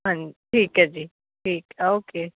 ਹਾਂਜੀ ਠੀਕ ਹੈ ਜੀ ਠੀਕ ਓਕੇ